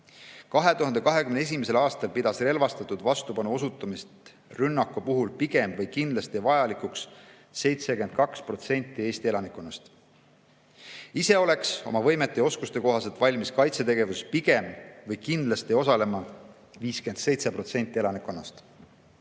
2021. aastal pidas relvastatud vastupanu osutamist rünnaku puhul pigem või kindlasti vajalikuks 72% Eesti elanikkonnast. Ise oleks oma võimete ja oskuste kohaselt valmis kaitsetegevuses pigem või kindlasti osalema 57% elanikkonnast.